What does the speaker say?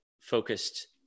focused